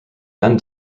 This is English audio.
then